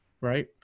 right